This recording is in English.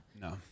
No